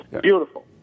beautiful